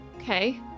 Okay